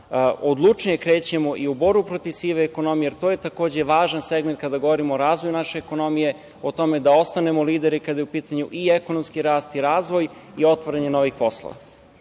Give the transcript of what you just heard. odlučnije krećemo i u borbu protiv sive ekonomije jer to je takođe, važan segment kada govorimo o razvoju nađe ekonomije, o tome da ostanemo lideri kada je u pitanju i ekonomski rast i razvoj i otvaranje novih poslova. Takođe,